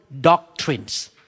doctrines